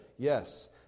Yes